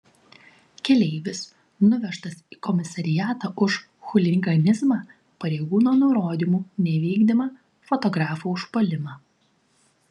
keleivis nuvežtas į komisariatą už chuliganizmą pareigūno nurodymų nevykdymą fotografo užpuolimą